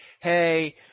Hey